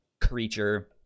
creature